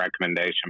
recommendation